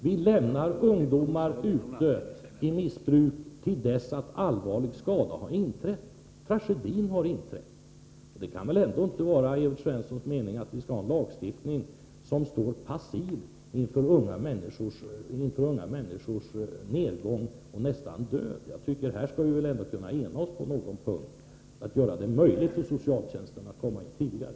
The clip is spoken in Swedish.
Vi lämnar ungdomar ute i missbruk till dess att allvarlig skada har inträtt och tragedin är för handen. Det kan väl ändå inte vara Evert Svenssons mening att vi skall ha en lagstiftning som står passiv inför unga människors nedgång och närapå död? Jag tycker att vi här skall kunna ena oss, så att vi gör det möjligt för socialtjänsten att komma in tidigare.